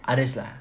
others lah